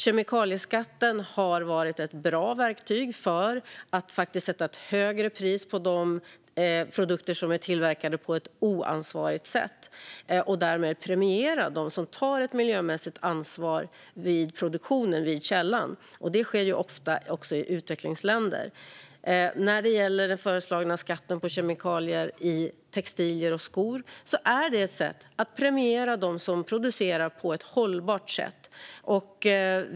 Kemikalieskatten har varit ett bra verktyg för att faktiskt sätta ett högre pris på de produkter som är tillverkade på ett oansvarigt sätt och därmed premiera dem som tar ett miljömässigt ansvar vid produktionen, vid källan. Det sker också ofta i utvecklingsländer. När det gäller den föreslagna skatten på kemikalier i textilier och skor är det ett sätt att premiera dem som producerar på ett hållbart sätt.